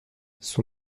son